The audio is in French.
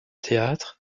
théâtre